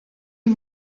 est